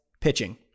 pitching